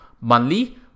Monthly